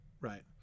Right